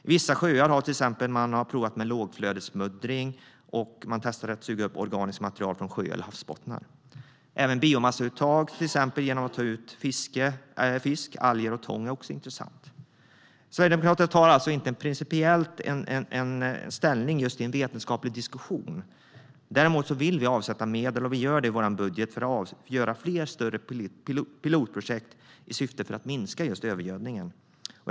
I vissa sjöar har man till exempel provat med lågflödesmuddring, och man testar att suga upp organiskt material från sjö eller havsbottnar. Även biomassauttag genom att till exempel ta ut fisk, alger och tång är intressant. Sverigedemokraterna tar alltså inte principiellt ställning i en vetenskaplig diskussion. Däremot vill vi avsätta medel, och gör det i vår budget, för fler större pilotprojekt i syfte att minska just övergödningen.